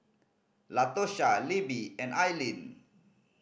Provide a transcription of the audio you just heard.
Latosha Libbie and Ailene